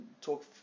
talk